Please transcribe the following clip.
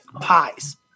pies